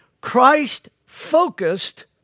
Christ-focused